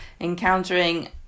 encountering